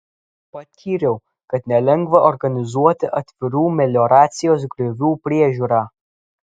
patyriau kad nelengva organizuoti atvirų melioracijos griovių priežiūrą